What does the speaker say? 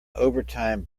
overtime